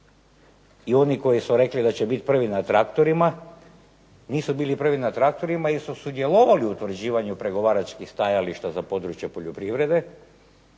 i oni koji su rekli da će biti prvi na traktorima nisu bili prvi na traktorima jer su sudjelovali u utvrđivanju pregovaračkih stajališta za područje poljoprivrede,